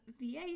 VA